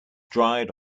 dried